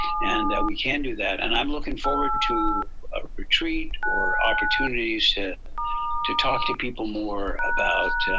and that we can do that. and i'm looking forward to a retreat or opportunities to talk to people more about